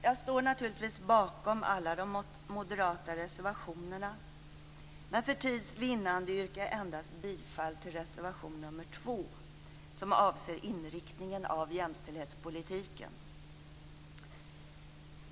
Jag står naturligtvis bakom alla de moderata reservationerna, men för tids vinnande yrkar jag bifall endast till reservation nr 2, som avser inriktningen av jämställdhetspolitiken.